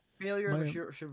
failure